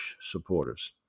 supporters